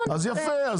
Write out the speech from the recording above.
אז יפה,